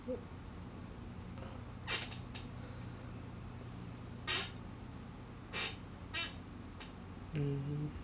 mmhmm